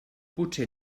potser